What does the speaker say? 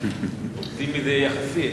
אופטימי זה יחסי.